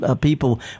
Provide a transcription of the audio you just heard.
people